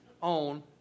on